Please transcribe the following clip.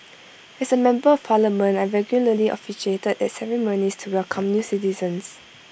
as A member of parliament I regularly officiated at ceremonies to welcome new citizens